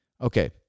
Okay